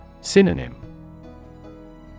Synonym